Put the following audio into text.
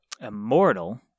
immortal